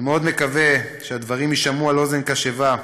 אני מאוד מקווה שהדברים ייפלו על אוזן קשובה,